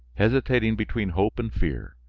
hesitating between hope and fear,